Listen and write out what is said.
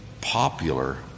popular